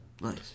Nice